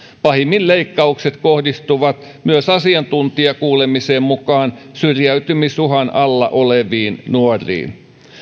pahimmin leikkaukset kohdistuvat myös asiantuntijakuulemisen mukaan syrjäytymisuhan alla oleviin nuoriin